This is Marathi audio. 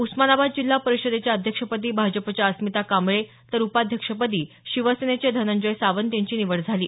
उस्मानाबाद जिल्हा परिषदेच्या अध्यक्षपदी भाजपच्या अस्मिता कांबळे तर उपाध्यक्षपदी शिवसेनेचे धनंजय सावंत यांची निवड झाली आहे